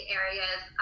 areas